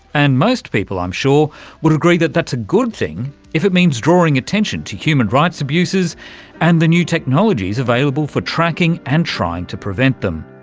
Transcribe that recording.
and most people i'm sure would agree that that's a good thing if it means drawing attention to human rights abuses and the new technologies available for tracking and trying to prevent them.